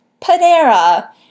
Panera